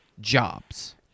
jobs